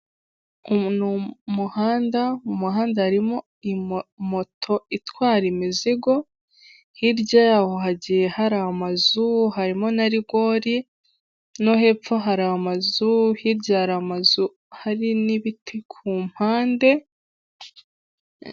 Umuhanda ,mu muhanda harimo moto itwara imizigo, hirya yaho hagiye hari amazu harimo na rigori, no hepfo hari amazu hirya hari amazu hari n'ibiti ku mpande,...